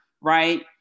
right